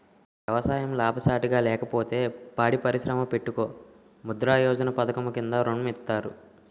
ఎవసాయం లాభసాటిగా లేకపోతే పాడి పరిశ్రమ పెట్టుకో ముద్రా యోజన పధకము కింద ఋణం ఇత్తారు